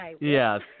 Yes